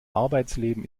arbeitsleben